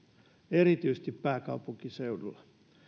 erityisesti pääkaupunkiseudulla